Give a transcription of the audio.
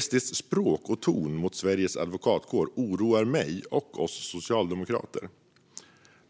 SD:s språk och ton mot Sveriges advokatkår oroar mig och oss socialdemokrater.